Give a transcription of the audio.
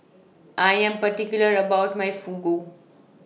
I Am particular about My Fugu